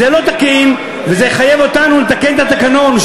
זה לא תקין וזה יחייב אותנו לתקן את התקנון,